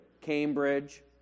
Cambridge